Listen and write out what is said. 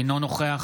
אינו נוכח